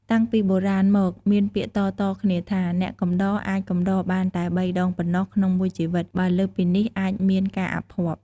តាំងពីបុរាណមកមានពាក្យតៗគ្នាថា អ្នកកំដរអាចកំដរបានតែបីដងប៉ុណ្ណោះក្នុងមួយជីវិត បើលើសពីនេះអាចមានការអភ័ព្វ។